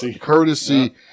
courtesy